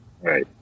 Right